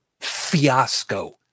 fiasco